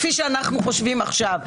כפי שאנחנו חושבים עכשיו.